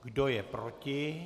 Kdo je proti?